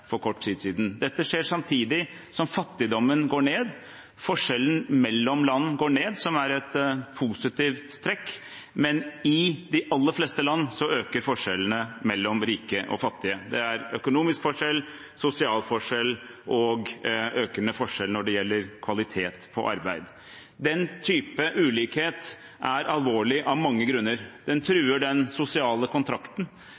for kort tid siden. Dette skjer samtidig som fattigdommen går ned. Forskjellen mellom land går ned, noe som er et positivt trekk, men i de aller fleste land øker forskjellene mellom rike og fattige. Det er økonomisk forskjell, sosial forskjell og en økende forskjell når det gjelder kvalitet på arbeid. Den type ulikhet er alvorlig av mange grunner. Den